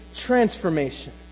transformation